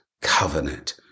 covenant